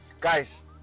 Guys